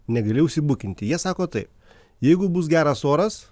negali užsibukinti jie sako taip jeigu bus geras oras